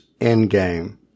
Endgame